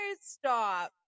Stop